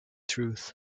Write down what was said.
truth